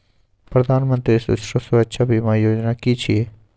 प्रधानमंत्री सुरक्षा बीमा योजना कि छिए?